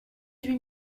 huit